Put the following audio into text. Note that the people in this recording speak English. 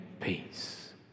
peace